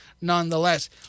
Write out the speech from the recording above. nonetheless